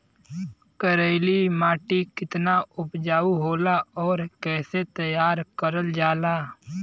करेली माटी कितना उपजाऊ होला और कैसे तैयार करल जाला?